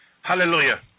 Hallelujah